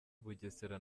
bugesera